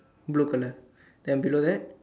blue color then below that